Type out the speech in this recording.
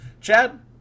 Chad